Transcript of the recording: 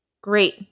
Great